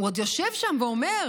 הוא עוד יושב שם ואומר: